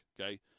okay